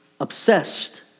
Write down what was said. obsessed